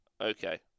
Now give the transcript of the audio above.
Okay